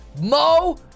Mo